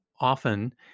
often